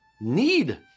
need